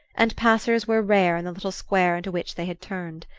and passers were rare in the little square into which they had turned.